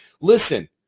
Listen